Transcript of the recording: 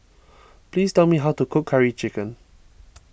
please tell me how to cook Curry Chicken